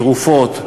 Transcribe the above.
תרופות,